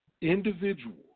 individuals